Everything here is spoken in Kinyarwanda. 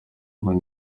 inkoni